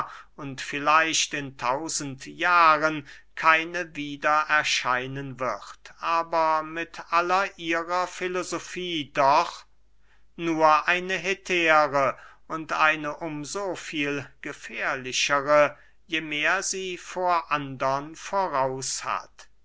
und vielleicht in tausend jahren keine wieder erscheinen wird aber mit aller ihrer filosofie doch nur eine hetäre und eine um so viel gefährlichere je mehr sie vor andern voraus hat